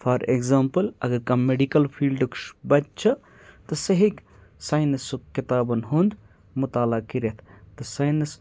for example اگر کانٛہہ medical فیٖلڈُک چھُ بَچہٕ چھِ تہٕ سُہ ہیٚکہِ ساینَسُک کِتابَن ہُنٛد مُطالعہ کٔرِتھ تہٕ ساینَس